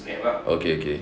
okay okay